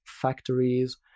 factories